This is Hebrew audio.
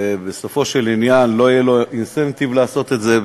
בסופו של עניין לא יהיה לו אינסנטיב לעשות את זה,